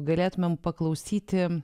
galėtumėme paklausyti